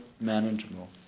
manageable